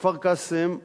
בכפר-קאסם,